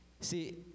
See